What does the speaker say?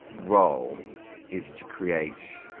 role is to create